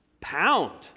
Pound